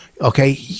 Okay